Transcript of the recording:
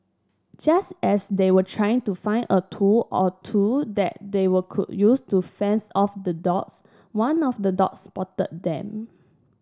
just as they were trying to find a tool or two that they were could use to fends off the dogs one of the dogs spotted them